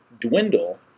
dwindle